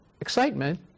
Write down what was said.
excitement